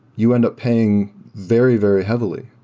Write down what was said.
you end up paying very, very heavily.